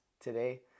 today